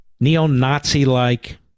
Neo-Nazi-like